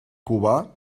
cubà